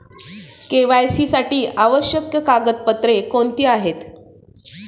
KYC साठी आवश्यक कागदपत्रे कोणती आहेत?